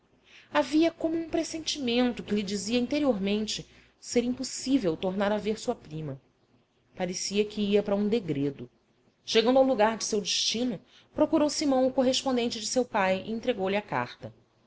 havia como um pressentimento que lhe dizia interiormente ser impossível tornar a ver sua prima parecia que ia para um degredo chegando ao lugar do seu destino procurou simão o correspondente de seu pai e entregou-lhe a carta